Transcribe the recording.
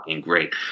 great